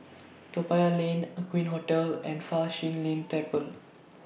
Toa Payoh Lane Aqueen Hotel and Fa Shi Lin Temple